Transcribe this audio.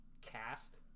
cast